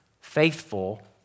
faithful